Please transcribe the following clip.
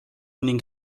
ning